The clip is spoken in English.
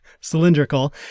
cylindrical